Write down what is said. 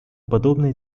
подобные